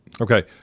Okay